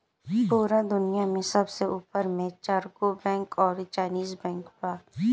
पूरा दुनिया में सबसे ऊपर मे चरगो बैंक अउरी चाइनीस बैंक बा